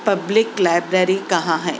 public library کہاں ہے